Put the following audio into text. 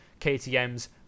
KTM's